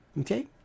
Okay